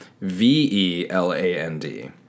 V-E-L-A-N-D